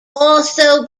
also